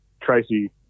Tracy